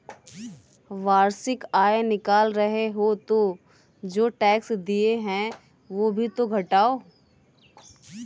वार्षिक आय निकाल रहे हो तो जो टैक्स दिए हैं वो भी तो घटाओ